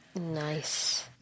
Nice